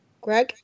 Greg